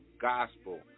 gospel